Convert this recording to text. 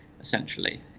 essentially